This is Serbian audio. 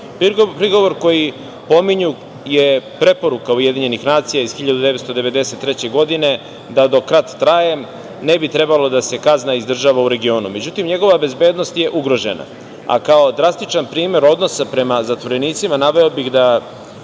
Srbiji. Prigovor koji pominju je preporuka UN iz 1993. godine da do kad traje ne bi trebalo da se kazna izdržava u regionu. Međutim, njegova bezbednost je ugrožena, a kao drastičan primer odnosa prema zatvorenicima naveo bih